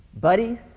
Buddy